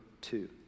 two